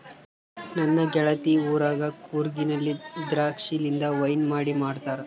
ನನ್ನ ಗೆಳತಿ ಊರಗ ಕೂರ್ಗಿನಲ್ಲಿ ದ್ರಾಕ್ಷಿಲಿಂದ ವೈನ್ ಮಾಡಿ ಮಾಡ್ತಾರ